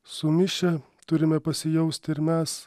sumišę turime pasijausti ir mes